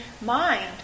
mind